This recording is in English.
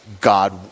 God